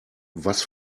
was